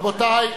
רבותי,